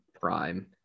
prime